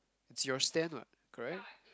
it's your stand what correct